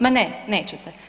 Ma ne, nećete.